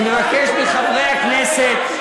אני מבקש מחברי הכנסת,